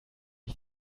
ich